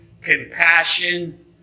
compassion